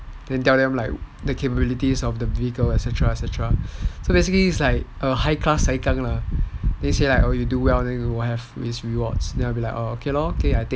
then tell them like the capabilities of the vehicle et cetera et cetera so basically it's like a high class sai kang lah then they say if you do well you will have this rewards then I'll be like orh okay lor